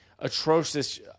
Atrocious